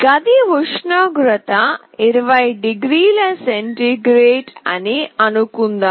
గది ఉష్ణోగ్రత 20 డిగ్రీల సెంటీగ్రేడ్ అని అనుకుందాం